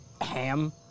ham